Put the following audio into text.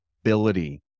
ability